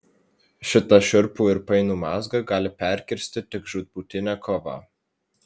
šitą šiurpų ir painų mazgą gali perkirsti tik žūtbūtinė kova